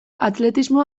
atletismo